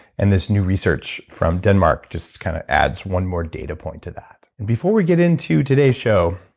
and this new research from denmark just kind of adds one more data point to that. and before we get into today's show,